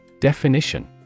Definition